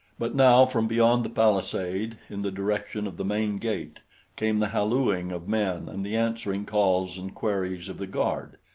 but now from beyond the palisade in the direction of the main gate came the hallooing of men and the answering calls and queries of the guard.